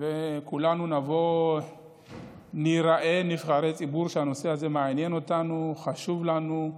וכולנו נבוא וניראה כנבחרי ציבור שהנושא הזה מעניין וחשוב לנו.